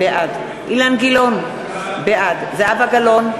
בעד אילן גילאון, בעד זהבה גלאון,